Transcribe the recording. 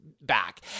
back